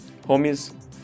homies